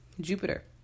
Jupiter